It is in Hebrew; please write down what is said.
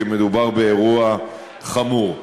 כי מדובר באירוע חמור.